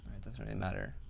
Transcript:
it doesn't really matter.